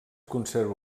conserva